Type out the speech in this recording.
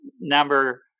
Number